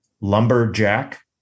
Lumberjack